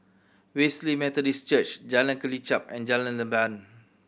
Wesley Methodist Church Jalan Kelichap and Jalan Leban